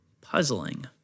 Puzzling